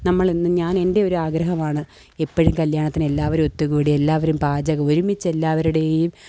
നമ്മളെന്നും ഞാനെൻ്റെ ഒരാഗ്രഹവാണ് എപ്പോഴും കല്യാണത്തിനെല്ലാവരും ഒത്തുകൂടി എല്ലാവരും പാചകം ഒരുമിച്ചെല്ലാവരുടെയും